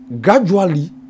gradually